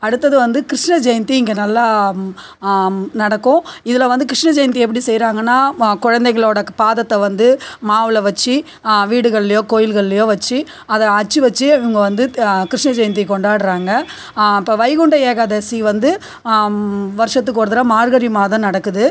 அடுத்தது வந்து கிருஷ்ண ஜெயந்தி இங்கே நல்லா நடக்கும் இதில் வந்து கிருஷ்ண ஜெயந்தி எப்படி செய்யறாங்கன்னா குழந்தைகளோட பாதத்தை வந்து மாவில் வச்சு வீடுகள்லியோ கோயில்கள்லியோ வச்சு அதை அச்சு வைச்சு இவங்க வந்து கிருஷ்ண ஜெயந்தி கொண்டாடுறாங்க இப்போது வைகுண்ட ஏகாதசி வந்து வருஷத்துக்கு ஒரு தடவை மார்கழி மாதம் நடக்குது